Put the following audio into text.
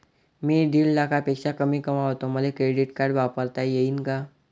मी दीड लाखापेक्षा कमी कमवतो, मले क्रेडिट कार्ड वापरता येईन का?